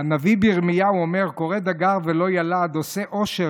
הנביא ירמיהו אומר: "קרא דגר ולא ילד עֹשֶׂה עֹשֶׁר